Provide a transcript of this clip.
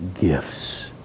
gifts